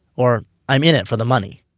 or i'm in it for the money.